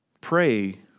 pray